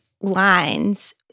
lines